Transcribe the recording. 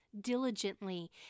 diligently